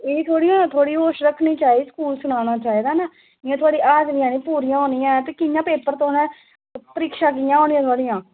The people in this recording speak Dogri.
ते एह् धोड़ी ऐ थोह्ड़ी होश रक्खनी चाहदी स्कूल सनाना चाहिदा इयां थोह्ड़ी हाजरी नेईं पूरियां होनियां ऐ ते कियां पेपर तुसें परीक्षा कियां होनियां थुआढ़ियां